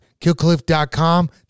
KillCliff.com